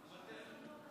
מוותר.